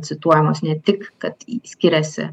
cituojamos ne tik kad skiriasi